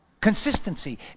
consistency